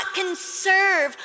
conserve